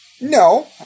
No